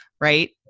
right